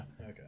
Okay